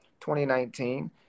2019